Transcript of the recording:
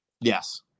Yes